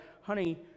honey